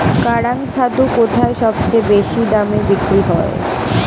কাড়াং ছাতু কোথায় সবথেকে বেশি দামে বিক্রি হয়?